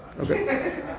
Okay